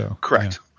Correct